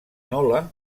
nola